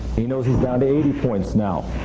he knows he's down eighty points now.